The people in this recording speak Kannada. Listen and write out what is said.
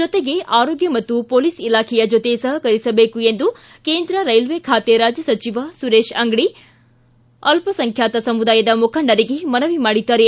ಜೊತೆಗ ಆರೋಗ್ಯ ಮತ್ತು ಪೊಲೀಸ್ ಇಲಾಖೆಯ ಜತೆ ಸಹಕರಿಸಬೇಕು ಎಂದು ಕೇಂದ್ರ ರೈಲ್ಲೆ ಖಾತೆ ರಾಜ್ಯ ಸಚಿವ ಸುರೇಶ್ ಅಂಗಡಿ ಅಲ್ಪಸಂಖ್ಯಾತ ಸಮುದಾಯದ ಮುಖಂಡರಿಗೆ ಮನವಿ ಮಾಡಿದ್ದಾರೆ